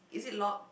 is it locked